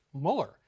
Mueller